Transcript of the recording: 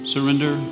Surrender